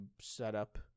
setup